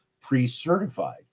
pre-certified